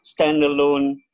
standalone